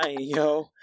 yo